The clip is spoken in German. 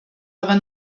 aber